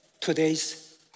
Today's